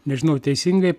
nežinau teisingai